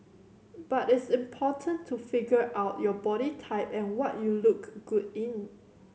but it's important to figure out your body type and what you look good in